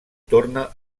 torna